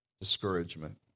Discouragement